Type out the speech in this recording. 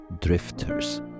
drifters